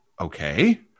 okay